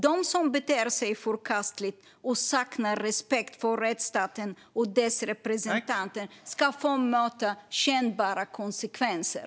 De som beter sig förkastligt och saknar respekt för rättsstaten och dess representanter ska få möta kännbara konsekvenser.